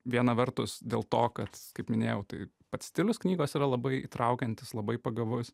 viena vertus dėl to kad kaip minėjau tai pats stilius knygos yra labai įtraukiantis labai pagavus